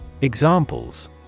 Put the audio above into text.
Examples